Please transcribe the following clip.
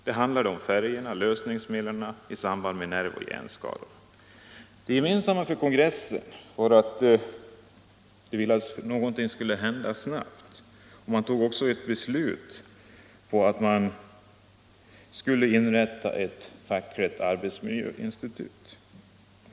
Det handlade om färgernas och lösningsmedlens samband med nerv och hjärnskador. Det gemensamma för kongressen var att ombuden ville att något skulle hända snabbt för att förhindra skadeverkningar nu och i framtiden. Kongressen beslöt också att inrätta ett fackligt arbetsmiljöinstitut.